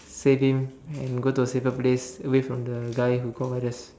save him and go to a safer place away from the guy who got virus